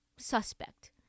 suspect